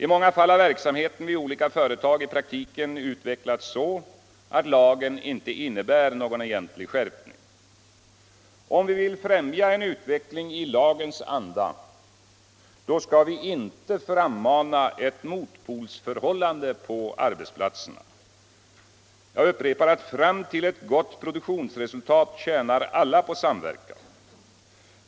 I många fall har verksamheten i olika företag i praktiken utvecklats så att lagen inte innebär någon egentlig skärpning. Om vi vill främja en utveckling i lagens anda skall vi inte frammana ett motpolsförhållande på arbetsplatserna. Jag upprepar att fram till ett gott produktionsresultat tjänar alla på samverkan.